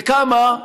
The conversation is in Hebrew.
בכמה?